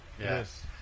Yes